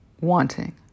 wanting